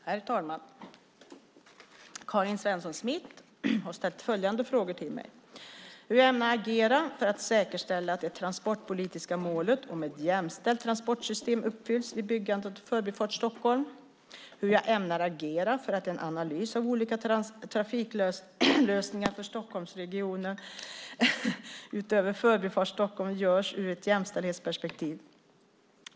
Herr talman! Karin Svensson Smith har ställt följande två frågor till mig: 1. Hur jag ämnar agera för att säkerställa att det transportpolitiska målet om ett jämställt transportsystem uppfylls vid byggandet av Förbifart Stockholm. 2. Hur jag ämnar agera för att en analys av olika trafiklösningar för Stockholmsregionen, utöver Förbifart Stockholm, görs ur ett jämställdhetsperspektiv.